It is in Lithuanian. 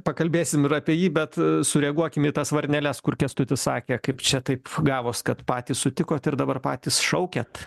pakalbėsim ir apie jį bet sureaguokim į tas varneles kur kęstutis sakė kaip čia taip gavos kad patys sutikot ir dabar patys šaukiat